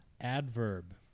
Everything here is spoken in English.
Adverb